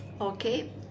Okay